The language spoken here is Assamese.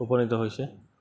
উপনীত হৈছে